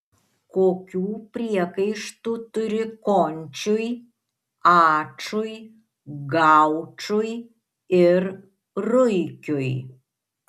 kokių priekaištų turi končiui ačui gaučui ir ruikiui